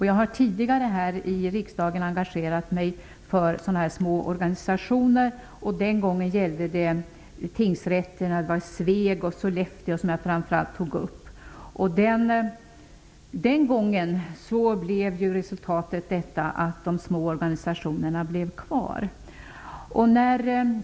Jag har tidigare i riksdagen engagerat mig för små organisationer. En gång gällde det tingsrätterna i Sveg respektive Sollefteå. Den gången blev resultatet att de små organisationerna blev kvar.